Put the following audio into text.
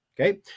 okay